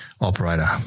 operator